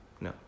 no